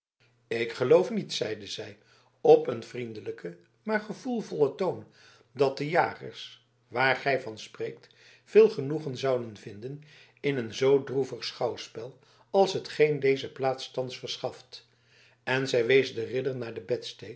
ik geloof niet zeide zij op een vriendelijken maar gevoelvollen toon dat de jagers waar gij van spreekt veel genoegen zouden vinden in een zoo droevig schouwspel als hetgeen deze plaats thans verschaft en zij wees den ridder naar de